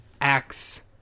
acts